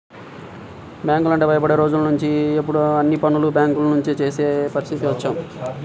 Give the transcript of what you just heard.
బ్యాంకులంటే భయపడే రోజులనుంచి ఇప్పుడు అన్ని పనులు బ్యేంకుల నుంచే చేసే పరిస్థితికి వచ్చాం